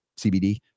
CBD